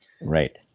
Right